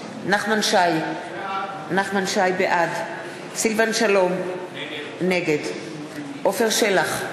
נגד נחמן שי, בעד סילבן שלום, נגד עפר שלח,